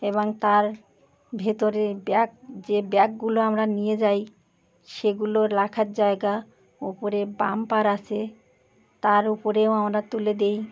এবং তার ভেতরে ব্যাগ যে ব্যাগগুলো আমরা নিয়ে যাই সেগুলো রাখার জায়গা ওপরে বাম্পার আছে তার উপরেও আমরা তুলে দিই